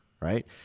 right